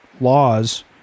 laws—